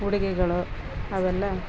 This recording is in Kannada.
ಉಡುಗೆಗಳು ಅವೆಲ್ಲ